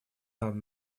нам